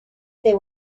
they